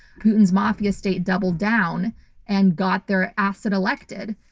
putin's mafia state doubled down and got their asset elected.